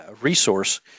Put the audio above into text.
resource